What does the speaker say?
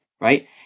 right